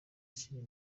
ishyira